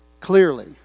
clearly